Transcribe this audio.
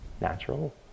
natural